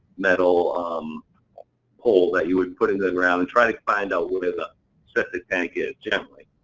metal um pole that you would put into the ground and try to find out where the septic tank is gently.